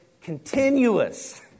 continuous